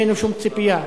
כשאין ממנו שום ציפייה.